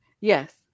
Yes